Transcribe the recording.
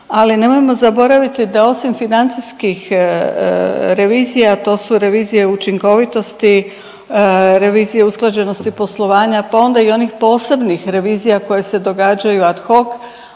ali nemojmo zaboraviti da osim financijskih revizija to su Revizije o učinkovitosti, revizije usklađenosti poslovanja, pa onda i onih posebnih revizija koje se događaju ad hoc.